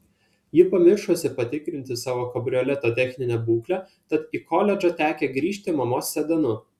ji pamiršusi patikrinti savo kabrioleto techninę būklę tad į koledžą tekę grįžti mamos sedanu